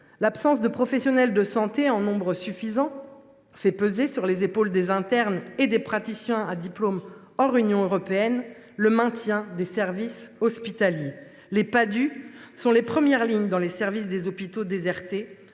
L’absence de professionnels de santé en nombre suffisant fait peser sur les épaules des internes et des praticiens à diplôme hors Union européenne (Padhue) le maintien des services hospitaliers. Les Padhue sont en première ligne dans les services des hôpitaux désertés